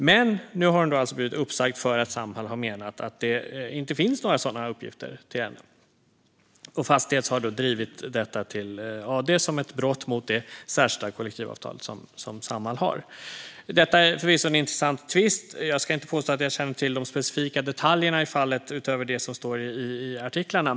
Men nu har hon alltså blivit uppsagd för att Samhall menar att det inte finns några sådana uppgifter till henne. Fastighets har då drivit detta till AD som ett brott mot det särskilda kollektivavtal som Samhall har. Detta är förvisso en intressant tvist. Jag ska inte påstå att jag känner till de specifika detaljerna i fallet, utöver det som står i artiklarna.